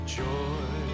joy